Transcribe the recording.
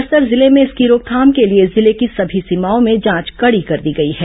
बस्तर जिले में इसकी रोकथाम के लिए जिले की सभी सीमाओं में जांच कड़ी कर दी गई है